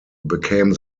became